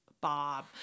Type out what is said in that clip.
Bob